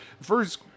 first